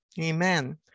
Amen